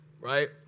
right